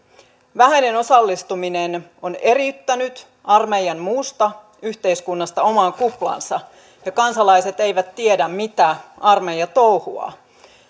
vähäinen osallistuminen on eriyttänyt armeijan muusta yhteiskunnasta omaan kuplaansa ja kansalaiset eivät tiedä mitä armeija touhuaa